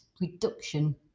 reduction